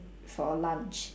for a lunch